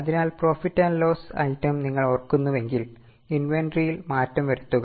അതിനാൽ profit and loss item നിങ്ങൾ ഓർക്കുന്നുവെങ്കിൽ ഇന്വെന്ററിയിൽ മാറ്റം വരുത്തുക